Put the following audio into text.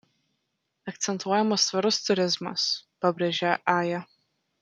akcentuojamas tvarus turizmas pabrėžia aja